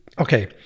okay